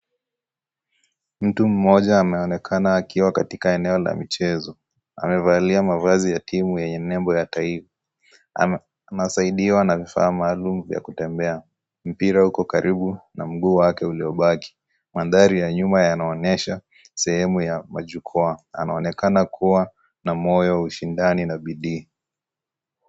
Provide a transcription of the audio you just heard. Mtu mmoja, anaonekana akiwa kati eneo la michezo. Amevalia mavazi ya timu yenye nembo ya taifa. Anasaidiwa na vifaa maalum vya kutembea. Mpira uko karibu na mguu wake uliobaki. Mandhari ya nyuma yanaonyesha sehemu ya majukwaa. Anaonekana kuwa na moyo wa ushindani na bidii.